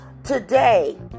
today